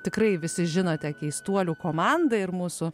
tikrai visi žinote keistuolių komandą ir mūsų